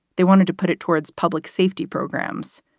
they wanted to put it towards public safety programs.